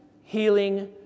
healing